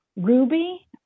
Ruby